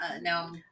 now –